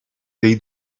dei